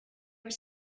were